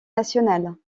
nationales